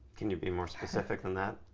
can you be more specific than that?